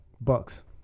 Bucks